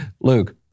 Luke